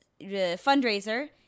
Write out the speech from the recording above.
fundraiser